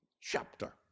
chapter